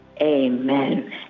amen